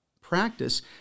practice